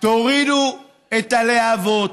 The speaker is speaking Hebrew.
תורידו את הלהבות,